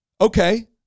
Okay